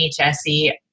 HSE